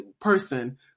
person